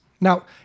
Now